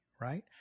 Right